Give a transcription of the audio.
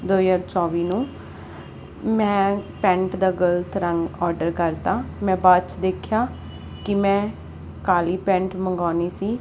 ਦੋ ਹਜ਼ਾਰ ਚੌਵੀ ਨੂੰ ਮੈਂ ਪੈਂਟ ਦਾ ਗਲਤ ਰੰਗ ਆਰਡਰ ਕਰ ਦਿੱਤਾ ਮੈਂ ਬਾਅਦ 'ਚ ਦੇਖਿਆ ਕਿ ਮੈਂ ਕਾਲੀ ਪੈਂਟ ਮੰਗਵਾਉਣੀ ਸੀ